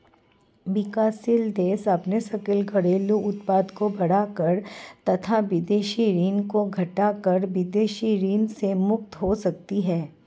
विकासशील देश अपने सकल घरेलू उत्पाद को बढ़ाकर तथा विदेशी ऋण को घटाकर विदेशी ऋण से मुक्त हो सकते हैं